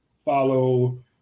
follow